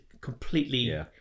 completely